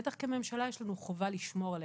בטח כממשלה יש לנו חובה לשמור עליהם.